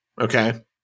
Okay